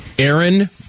Aaron